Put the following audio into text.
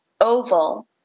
Oval